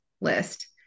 list